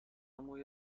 موی